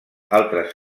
altres